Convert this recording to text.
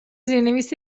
زیرنویس